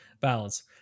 balance